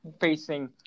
facing